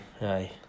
Aye